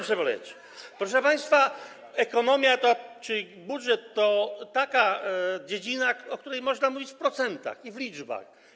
Proszę państwa, ekonomia czy budżet to taka dziedzina, o której można mówić w procentach i w liczbach.